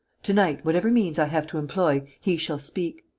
to-night, whatever means i have to employ, he shall speak.